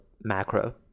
macro